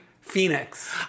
Phoenix